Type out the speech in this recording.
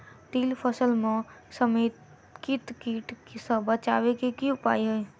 तिल फसल म समेकित कीट सँ बचाबै केँ की उपाय हय?